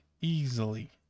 Easily